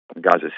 Gaza